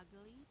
ugly